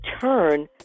turn